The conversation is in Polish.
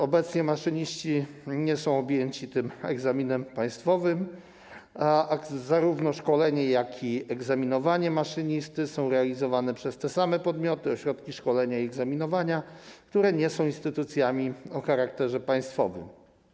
Obecnie maszyniści nie są objęci tym egzaminem państwowym, a zarówno szkolenie, jak i egzaminowanie maszynisty są realizowane przez te same podmioty, ośrodki szkolenia i egzaminowania, które nie są instytucjami o charakterze państwowym.